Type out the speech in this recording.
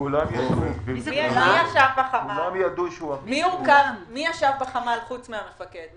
מי עוד יושב בחמ"ל חוץ מהמפקד?